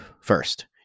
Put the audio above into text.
first